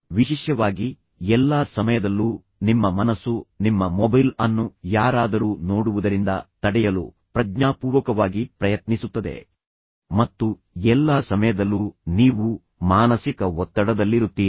ವಿಶೇಷವಾಗಿ ಎಲ್ಲಾ ಸಮಯದಲ್ಲೂ ನಿಮ್ಮ ಮನಸ್ಸು ನಿಮ್ಮ ಮೊಬೈಲ್ ಅನ್ನು ಯಾರಾದರೂ ನೋಡುವುದರಿಂದ ತಡೆಯಲು ಪ್ರಜ್ಞಾಪೂರ್ವಕವಾಗಿ ಪ್ರಯತ್ನಿಸುತ್ತದೆ ಮತ್ತು ಎಲ್ಲಾ ಸಮಯದಲ್ಲೂ ನೀವು ಮಾನಸಿಕ ಒತ್ತಡದಲ್ಲಿರುತ್ತೀರಿ